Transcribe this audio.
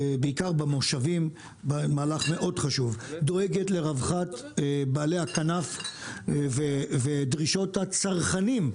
בעיקר במושבים; היא דואגת לרווחת בעלי הכנף ולדרישות הצרכנים,